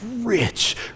rich